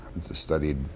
studied